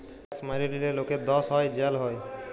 tax ম্যাইরে লিলে লকের দস হ্যয় জ্যাল হ্যয়